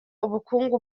ubukungu